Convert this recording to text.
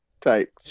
type